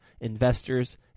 investors